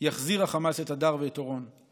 יחזיר את הדר ואת אורון.